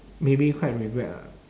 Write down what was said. maybe quite regret ah